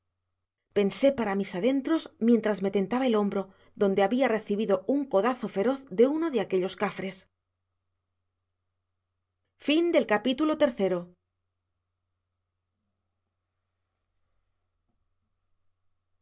pensé para mis adentros mientras me tentaba el hombro donde había recibido un codazo feroz de uno de aquellos cafres